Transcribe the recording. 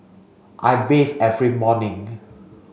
I bathe every morning